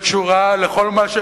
שקשורה לכל,